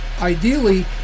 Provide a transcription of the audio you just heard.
ideally